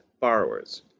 Borrowers